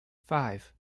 five